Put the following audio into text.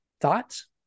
Thoughts